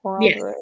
yes